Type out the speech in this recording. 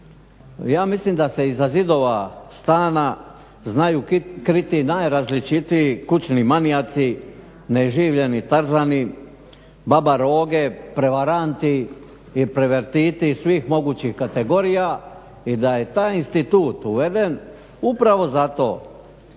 ja mislim da se iza zidova stana znaju kriti najrazličitiji kućni manijaci, neiživljeni Tarzani, babaroge, prevaranti i pervertiti svih mogućih kategorija i da je taj institut uveden upravo zato